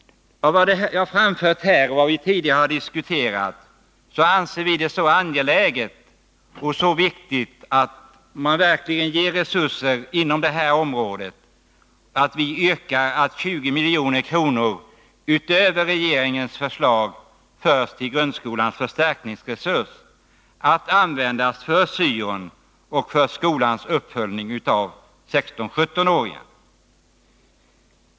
Jag har här betonat — och vi har tidigare diskuterat den saken — att det är angeläget och viktigt att resurser verkligen avsätts på det här området. Vi yrkar därför att 20 miljoner utöver regeringens förslag förs till grundskolans förstärkningsresurs, att användas för syon och skolans uppföljning när det gäller 16-17-åringarna.